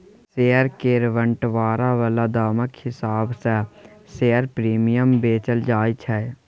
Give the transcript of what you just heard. share केर बंटवारा बला दामक हिसाब सँ शेयर प्रीमियम बेचल जाय छै